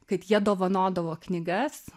kad jie dovanodavo knygas